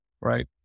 right